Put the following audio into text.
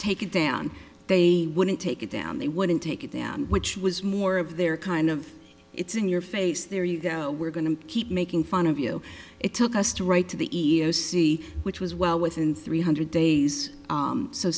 taken down they wouldn't take it down they wouldn't take them which was more of their kind of it's in your face there you go we're going to keep making fun of you it took us to write to the e e o c which was well within three hundred days so so